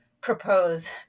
propose